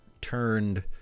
turned